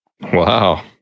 wow